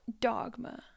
dogma